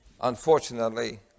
unfortunately